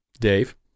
Dave